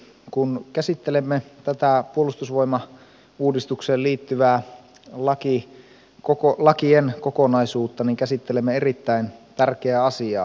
kun käsittelemme tätä puolustusvoimauudistukseen liittyvää lakien kokonaisuutta niin käsittelemme erittäin tärkeää asiaa